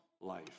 life